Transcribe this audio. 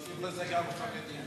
להוסיף לזה גם חרדים.